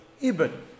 Ibn